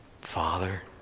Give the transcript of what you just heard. Father